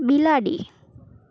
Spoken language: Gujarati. બિલાડી